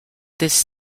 this